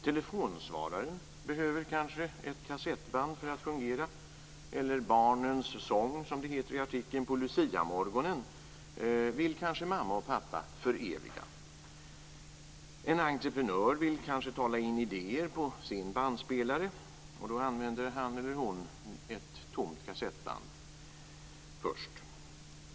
Telefonsvararen behöver kanske ett kassettband för att fungera, eller barnens sång, som det heter i artikeln, på luciamorgonen vill kanske mamma och pappa föreviga. En entreprenör vill kanske tala in idéer på sin bandspelare. Då använder han eller hon ett tomt kassettband.